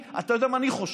אתה יודע מה אני חושב,